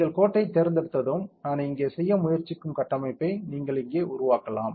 நீங்கள் கோட்டைத் தேர்ந்தெடுத்ததும் நான் இங்கே செய்ய முயற்சிக்கும் கட்டமைப்பை நீங்கள் இங்கே உருவாக்கலாம்